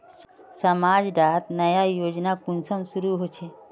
समाज डात नया योजना कुंसम शुरू होछै?